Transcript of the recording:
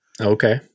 Okay